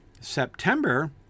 September